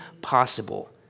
possible